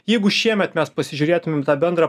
jeigu šiemet mes pasižiūrėtumėm tą bendrą